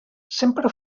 sempre